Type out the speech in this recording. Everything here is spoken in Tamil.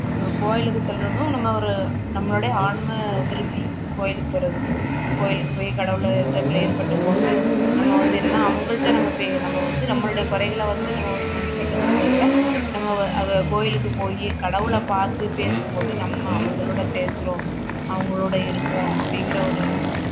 ஒருத்தர் கோயிலுக்கு செல்லுறதும் நம்ம ஒரு நம்மளுடைய ஆன்ம திருப்தி கோயிலுக்கு போகறது கோயிலுக்கு போய் கடவுள்ட்ட ப்ரேயர் பண்ணம்போது நம்ம வந்து என்னன்னா அவங்கள்ட்ட நம்ம பே நம்ம வந்து நம்மளுடைய கொறைகளை வந்து நம்ம ஒரு மனுசர்கிட்ட சொல்லுறத விட நம்ம அதை கோயிலுக்கு போயி கடவுளை பார்த்து பேசும்போது நம்ம அவங்களோட பேசுகிறோம் அவங்களோட இருக்கோம் அப்படிங்கிற ஒரு